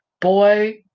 boy